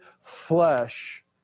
flesh